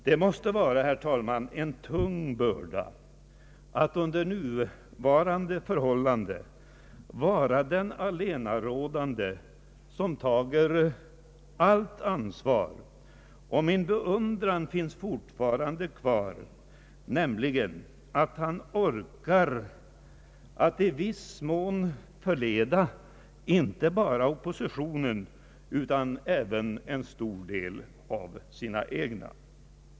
Det måste vara en tung börda att under nuvarande förhållanden vara den allenarådande som tar allt ansvar. Jag beundrar honom fortfarande för att han orkar att i viss mån förleda inte bara oppositionen utan även en stor del av sina egna.